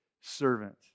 servant